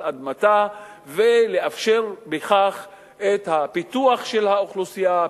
אדמתה ולאפשר בכך את הפיתוח של האוכלוסייה,